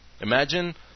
Imagine